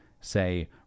say